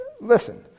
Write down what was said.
Listen